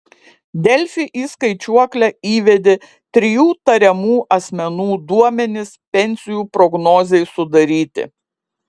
delfi į skaičiuoklę įvedė trijų tariamų asmenų duomenis pensijų prognozei sudaryti